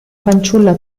fanciulla